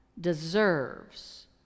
deserves